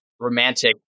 romantic